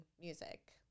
music